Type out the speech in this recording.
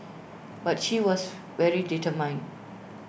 but she was very determined